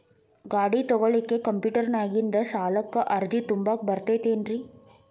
ಗಾಡಿ ತೊಗೋಳಿಕ್ಕೆ ಕಂಪ್ಯೂಟೆರ್ನ್ಯಾಗಿಂದ ಸಾಲಕ್ಕ್ ಅರ್ಜಿ ತುಂಬಾಕ ಬರತೈತೇನ್ರೇ?